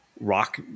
rock